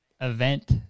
event